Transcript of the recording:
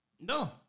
No